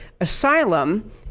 Asylum